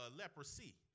leprosy